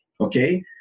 Okay